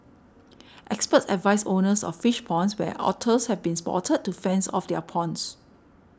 experts advise owners of fish ponds where otters have been spotted to fence off their ponds